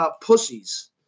pussies